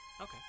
okay